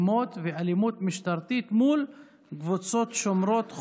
והחינוך לגיל הרך עוברת להמשך דיון בוועדת הכלכלה.